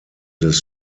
des